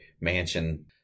mansion